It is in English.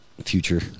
Future